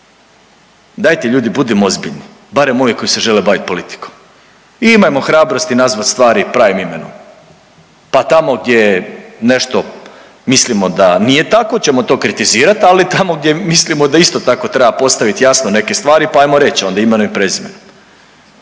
Dajte ljudi, budimo ozbiljni, barem ovi koji se žele baviti politikom. Imajmo hrabrosti nazvati stvari pravim imenom pa tamo gdje je nešto mislimo da nije tako ćemo to kritizirati, ali tamo gdje mislimo da isto tako, treba postaviti jasno neke stvari pa ajmo reći onda imenom i prezimenom.